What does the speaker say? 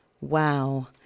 wow